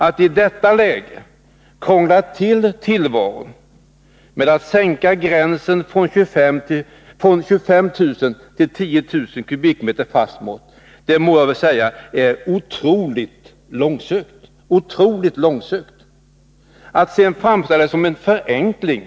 Atti detta läge krångla till tillvaron genom att sänka gränsen från 25 000 till 10 000 m? i fast mått är otroligt långsökt. Det framställs dessutom som en förenkling.